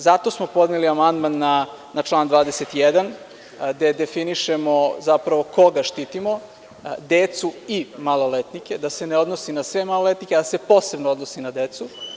Zato smo podneli amandman na član 21, gde definišemo zapravo koga štitimo – decu i maloletnike, da se ne odnosi na sve maloletnike, a da se posebno odnosi na decu.